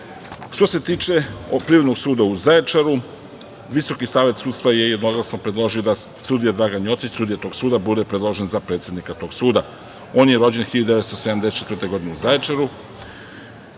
se tiče Privrednog suda u Zaječaru, Visoki savet sudstva je jednoglasno predložio da sudija Dragan Jocić, sudija tog suda, bude predložen za predsednika tog suda. On je rođen 1974. godine u Zaječaru.